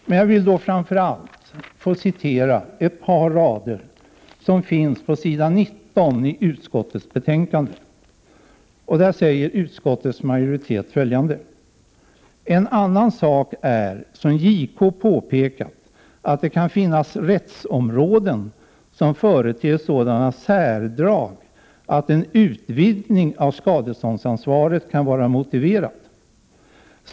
Men jag vill framför allt få citera ett par rader på s. 19 i utskottsbetänkandet, där utskottsmajoriteten uttalar följande: ”En annan sak är som JK påpekat att det kan finnas rättsområden som företer sådana särdrag att en utvidgning av skadeståndsansvaret kan vara motiverad.